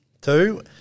two